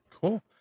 Cool